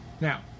Now